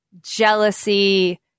jealousy